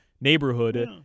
neighborhood